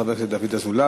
חבר הכנסת דוד אזולאי,